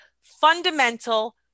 fundamental